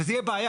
וזו תהיה בעיה.